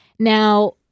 Now